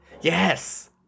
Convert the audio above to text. Yes